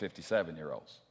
57-year-olds